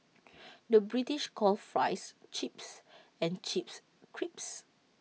the British calls Fries Chips and Chips Crisps